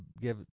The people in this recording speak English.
give